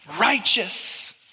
righteous